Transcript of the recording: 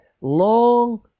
long